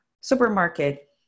supermarket